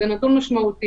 זה נתון משמעותי.